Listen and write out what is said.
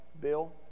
Bill